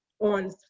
on